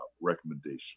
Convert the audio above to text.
Recommendation